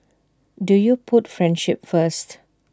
do you put friendship first